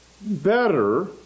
better